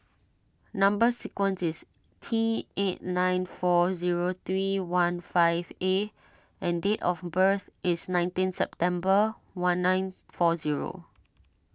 Number Sequence is T eight nine four zero three one five A and date of birth is nineteen September one nine four zero